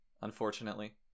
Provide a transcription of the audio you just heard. Unfortunately